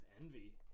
Envy